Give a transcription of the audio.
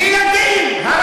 ילדים, ילדים.